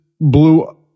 blew